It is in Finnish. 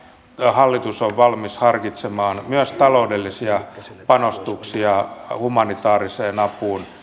hallitus on valmis harkitsemaan myös taloudellisia panostuksia humanitaariseen apuun